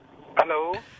Hello